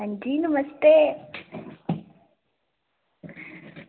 अंजी नमस्ते